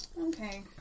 Okay